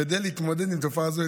כדי להתמודד עם תופעה זו,